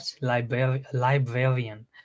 librarian